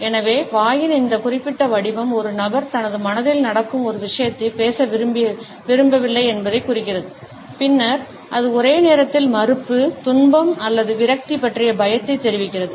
எனவே வாயின் இந்த குறிப்பிட்ட வடிவம் ஒரு நபர் தனது மனதில் நடக்கும் ஒரு விஷயத்தை பேச விரும்பவில்லை என்பதைக் குறிக்கிறது பின்னர் அது ஒரே நேரத்தில் மறுப்பு துன்பம் அல்லது விரக்தி பற்றிய பயத்தைத் தெரிவிக்கிறது